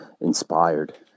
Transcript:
inspired